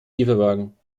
lieferwagen